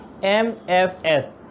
MFS